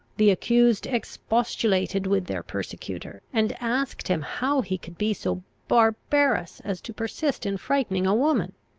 the accused expostulated with their persecutor, and asked him how he could be so barbarous as to persist in frightening a woman?